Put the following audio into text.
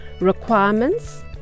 requirements